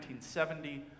1970